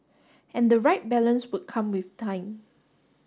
and the right balance would come with time